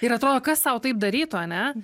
ir atrodo kas sau taip darytų ane